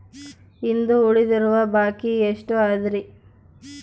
ಇಂದು ಉಳಿದಿರುವ ಬಾಕಿ ಎಷ್ಟು ಅದರಿ?